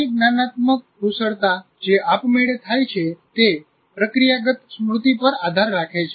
ઘણી જ્ઞાનાત્મક કુશળતા જે આપમેળે થાય છે તે પ્રક્રિયાગત સ્મૃતિ પર આધાર રાખે છે